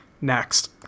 Next